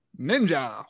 ninja